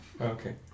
Okay